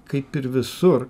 kaip ir visur